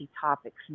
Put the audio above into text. topics